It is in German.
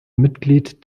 mitglied